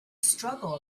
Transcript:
struggle